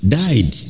died